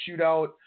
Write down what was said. shootout